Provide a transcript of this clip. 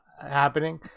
happening